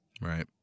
Right